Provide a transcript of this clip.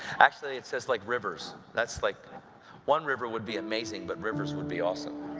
actually, it says like rivers. that's like one river would be amazing, but rivers would be awesome.